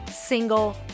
single